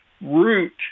root